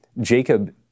Jacob